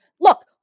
Look